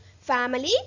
Family